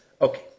Okay